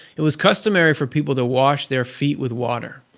it was customary for people to wash their feet with water,